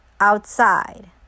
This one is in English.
outside